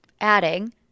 adding